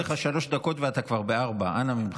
יש לך שלוש דקות ואתה כבר בארבע, אנא ממך.